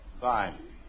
Fine